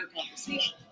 conversation